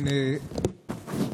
אני